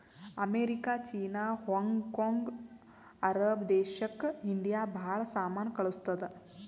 America, China, Hong Kong, Arab ದೇಶಕ್ India ಭಾಳ ಸಾಮಾನ್ ಕಳ್ಸುತ್ತುದ್